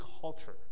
culture